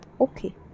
okay